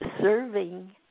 serving